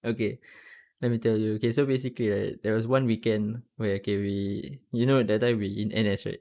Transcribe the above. okay let me tell you okay so basically right there was one weekend where okay we you know that time we're in N_S right